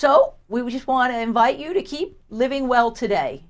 o we just want to invite you to keep living well today